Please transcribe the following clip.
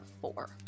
four